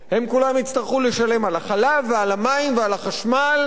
הם כולם יצטרכו לשלם על החלב ועל המים ועל החשמל.